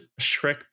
Shrek